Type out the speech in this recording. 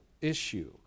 issue